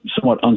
somewhat